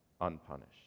unpunished